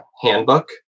handbook